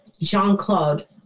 Jean-Claude